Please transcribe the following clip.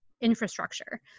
infrastructure